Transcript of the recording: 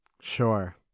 Sure